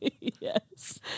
Yes